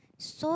so it's